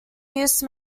use